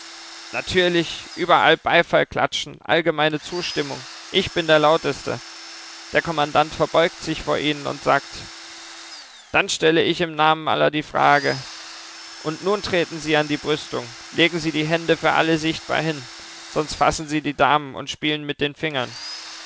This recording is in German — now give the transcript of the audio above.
natürlich überall beifall klatschen allgemeine zustimmung ich bin der lauteste der kommandant verbeugt sich vor ihnen und sagt dann stelle ich im namen aller die frage und nun treten sie an die brüstung legen sie die hände für alle sichtbar hin sonst fassen sie die damen und spielen mit den fingern